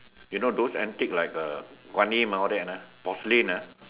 you know those antique like uh Guan-Im all that ah porcelain ah